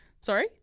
Sorry